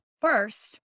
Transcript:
First